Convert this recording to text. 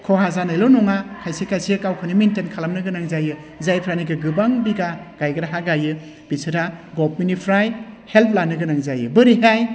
खहा जानायल' नङा खायसे खायसे गावखौनो मेनटेन खालामनो गोनां जायो जायफ्रानोखि गोबां बिघा गायग्रा हा गायो बिसोरा गभमेन्टनिफ्राय हेल्प लानो गोनां जायो बोरैहाय